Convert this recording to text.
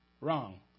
wrong